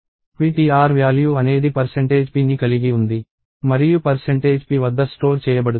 ptr value అనేది p ని కలిగి ఉంది మరియు p వద్ద స్టోర్ చేయబడుతుంది